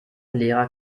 lehrer